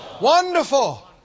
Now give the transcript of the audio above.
Wonderful